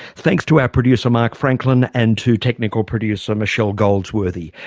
thanks to our producer mark franklin and to technical producer michelle goldsworthy.